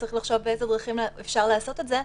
וצריך לחשוב באיזה דרכים אפשר לעשות את זה.